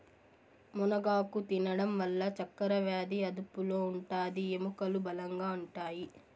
మునగాకు తినడం వల్ల చక్కరవ్యాది అదుపులో ఉంటాది, ఎముకలు బలంగా ఉంటాయి